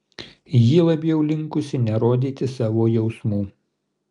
ji labiau linkusi nerodyti savo jausmų